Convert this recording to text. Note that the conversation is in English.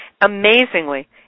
Amazingly